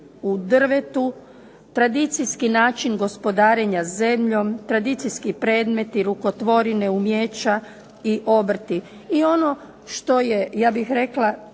u drvetu, tradicijski način gospodarenja zemljom, tradicijski predmeti, rukotvorine, umijeća i obrti. I ono što je ja bih rekla